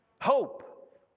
Hope